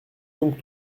donc